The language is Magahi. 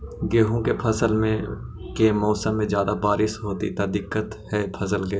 गेहुआ के फसल के मौसम में ज्यादा बारिश होतई त का दिक्कत हैं फसल के?